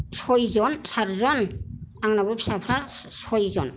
सयजन साथजन आंनाबो फिसाफोरा सयजन